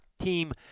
team